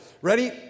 Ready